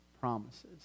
promises